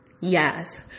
Yes